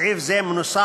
סעיף זה מנוסח